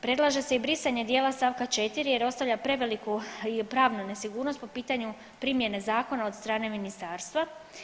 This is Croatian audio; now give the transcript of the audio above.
Predlaže se i brisanje dijela st. 4. jer ostavlja preveliku i pravnu nesigurnost po pitanju primjene zakona od strane ministarstva.